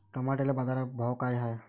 टमाट्याले बाजारभाव काय हाय?